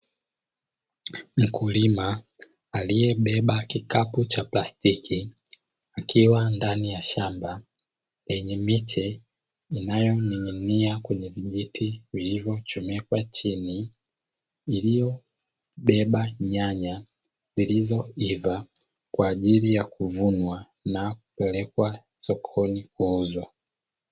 Mkulima aliyebeba kikapu cha plastiki akiwa ndani ya shamba lenye miche inayoning'inia kwenye vijiti vilivyochomekwa chini, iliyobeba nyanya zilizoivaa kwa ajili ya kuvunwa na kupelekwa sokoni kuuzwa.